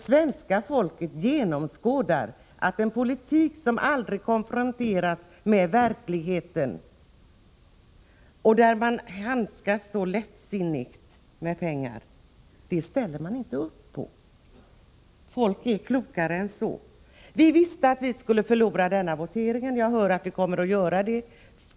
Svenska folket genomskådar en politik som aldrig konfronteras med verkligheten och ett parti som handskas så lättsinnigt med pengar. Folk är misstänksamma mot sådana förslag. Vi socialdemokrater visste tidigare att vi skulle förlora denna votering, och jag har nu också här hört att vi kommer att göra det.